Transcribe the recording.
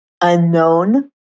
unknown